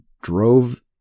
drove